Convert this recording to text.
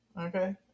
Okay